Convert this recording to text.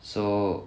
so